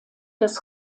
des